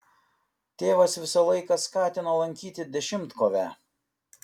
tėvas visą laiką skatino lankyti dešimtkovę